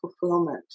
fulfillment